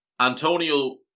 Antonio